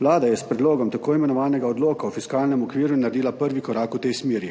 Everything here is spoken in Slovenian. Vlada je s predlogom tako imenovanega odloka o fiskalnem okviru naredila prvi korak v tej smeri.